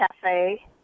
cafe